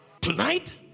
tonight